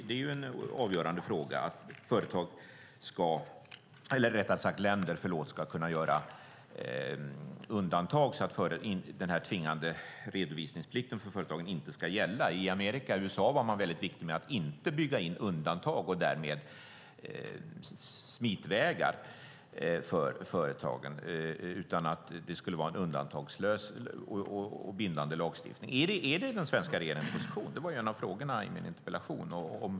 Det är en avgörande fråga om länder ska kunna göra undantag så att den tvingande redovisningsplikten för företagen inte ska gälla. I USA var man väldigt noga med att inte bygga in undantag och därmed smitvägar för företagen. Det skulle vara en undantagslös och bindande lagstiftning. Är det den svenska regeringens position? Det var en av frågorna i min interpellation.